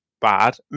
bad